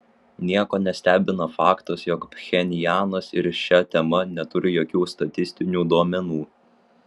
nieko nestebina faktas jog pchenjanas ir šia tema neturi jokių statistinių duomenų